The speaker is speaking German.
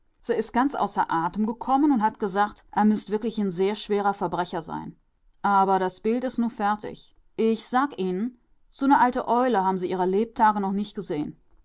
se is ganz außer atem gekommen und hat gesagt a müßt wirklich n sehr schwerer verbrecher sein aber das bild is nu fertig ich sag ihn'n su ne alte eule haben se ihrer lebtage noch nicht gesehen